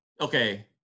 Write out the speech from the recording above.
Okay